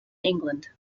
england